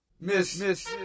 Miss